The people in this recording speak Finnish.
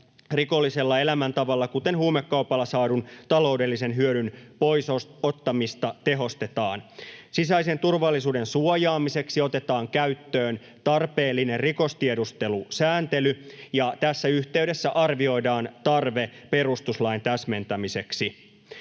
Rikollisella elämäntavalla, kuten huumekaupalla, saadun taloudellisen hyödyn pois ottamista tehostetaan. Sisäisen turvallisuuden suojaamiseksi otetaan käyttöön tarpeellinen rikostiedustelusääntely, ja tässä yhteydessä arvioidaan tarve perustuslain täsmentämiseksi.